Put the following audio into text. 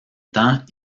temps